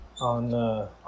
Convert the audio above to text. on